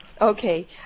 Okay